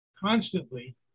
constantly